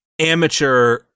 amateur